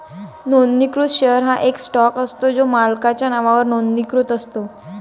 नोंदणीकृत शेअर हा एक स्टॉक असतो जो मालकाच्या नावावर नोंदणीकृत असतो